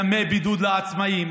ימי בידוד לעצמאים.